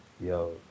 Yo